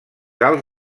alts